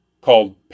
called